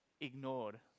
ignored